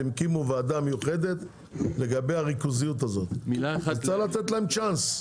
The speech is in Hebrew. הקימו ועדה מיוחדת לגבי הריכוזיות הזאת וצריך לתת להם צ'אנס.